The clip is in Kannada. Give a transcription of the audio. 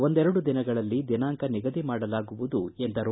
ಒಂದೆರಡು ದಿನಗಳಲ್ಲಿ ದಿನಾಂಕ ನಿಗದಿಮಾಡಲಾಗುವುದು ಎಂದರು